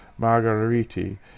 Margheriti